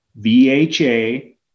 VHA